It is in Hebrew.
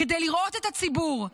כדי לראות את הציבור.